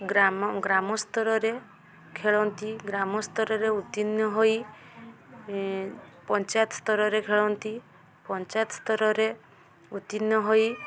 ଗ୍ରାମ ଗ୍ରାମ ସ୍ତରରେ ଖେଳନ୍ତି ଗ୍ରାମ ସ୍ତରରେ ଉର୍ତ୍ତୀର୍ଣ୍ଣ ହୋଇ ପଞ୍ଚାୟତ ସ୍ତରରେ ଖେଳନ୍ତି ପଞ୍ଚାୟତ ସ୍ତରରେ ଉର୍ତ୍ତୀର୍ଣ୍ଣ ହୋଇ